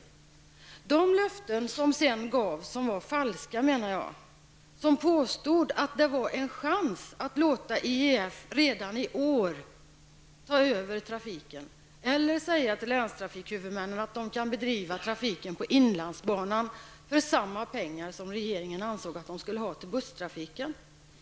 I de löften som sedan gavs, och som jag menar var falska, påstods att det var en chans för IEF att redan i år få ta över trafiken eller att säga till länstrafikhuvudmännen att de kan bedriva trafiken på inlandsbanan för lika mycket pengar som regeringen ansåg att de skulle ha till busstrfiken.